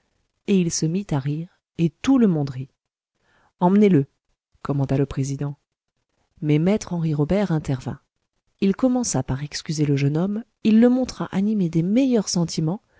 et il se mit à rire et tout le monde rit emmenez-le commanda le président mais me henri robert intervint il commença par excuser le jeune homme il le montra animé des meilleurs sentiments